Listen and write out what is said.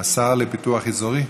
השר לפיתוח אזורי.